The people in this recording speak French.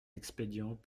expédient